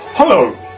Hello